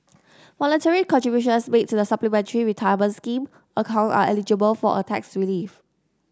voluntary contributions made to the Supplementary Retirement Scheme account are eligible for a tax relief